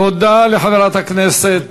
תודה לחברת הכנסת